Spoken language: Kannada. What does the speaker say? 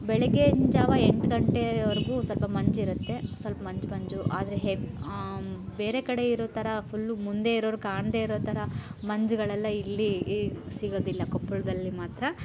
ಬೆಳಗಿನ ಜಾವ ಎಂಟು ಗಂಟೆವರೆಗೂ ಸ್ವಲ್ಪ ಮಂಜಿರುತ್ತೆ ಸ್ವಲ್ಪ ಮಂಜು ಮಂಜು ಆದರೆ ಹೆವ್ ಬೇರೆ ಕಡೆ ಇರೋ ಥರ ಫುಲ್ಲು ಮುಂದೆ ಇರೋರು ಕಾಣದೇ ಇರೋ ಥರ ಮಂಜುಗಳೆಲ್ಲ ಇಲ್ಲಿ ಈ ಸಿಗೋದಿಲ್ಲ ಕೊಪ್ಪಳದಲ್ಲಿ ಮಾತ್ರ